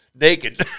Naked